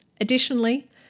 Additionally